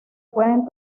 pueden